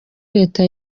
leta